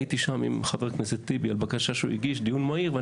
הייתי שם עם חבר הכנסת טיבי על בקשה לדיון מהיר שהוא הגיש,